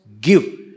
give